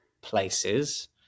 places